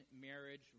marriage